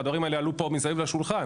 והדברים האלה עלו פה מסביב לשולחן.